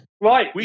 Right